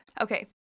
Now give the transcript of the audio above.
Okay